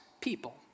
people